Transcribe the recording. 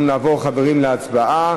אנחנו נעבור, חברים, להצבעה